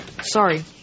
Sorry